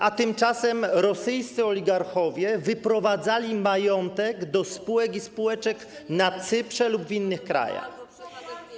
a tymczasem rosyjscy oligarchowie wyprowadzali majątek do spółek i spółeczek na Cyprze lub w innych krajach.